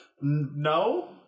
no